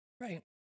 Right